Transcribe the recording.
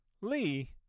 Lee